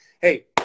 Hey